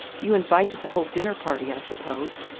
you invited the whole dinner-party, i suppose?